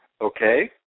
Okay